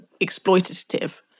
exploitative